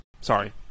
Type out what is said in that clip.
Sorry